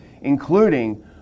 including